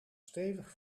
stevig